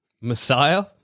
messiah